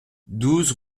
douze